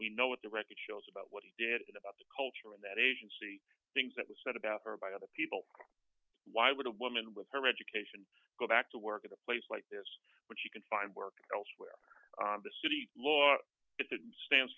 we know what the record shows about what he did about the culture in that agency things that were said about her by other people why would a woman with her education go back to work at a place like this when she can find work elsewhere in the city l